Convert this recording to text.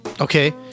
okay